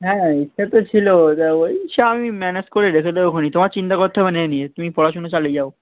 হ্যাঁ ইচ্ছা তো ছিলো এবার ওই সে আমি ম্যানেজ করে রেখে দেবোখনি তোমার চিন্তা করতে হবে না এ নিয়ে তুমি পড়াশুনো চালিয়ে যাও